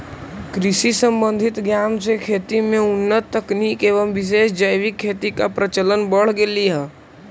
कृषि संबंधित ज्ञान से खेती में उन्नत तकनीक एवं विशेष जैविक खेती का प्रचलन बढ़ गेलई हे